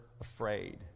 afraid